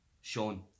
sean